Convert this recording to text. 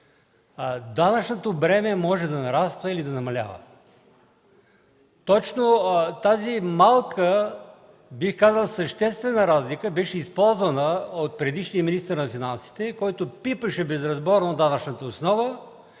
данъчното бреме може да нараства или да намалява. Тази малка, но бих казал съществена разлика, беше използвана от предишния министър на финансите, който пипаше безразборно данъчната основа,